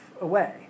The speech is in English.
away